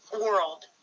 world